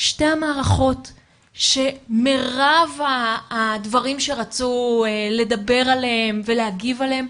שתי המערכות שמירב הדברים שרצו לדבר עליהם ולהגיב עליהם,